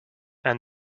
and